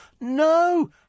No